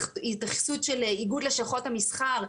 התייחסות של איגוד לשכות המסחר.